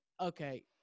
okay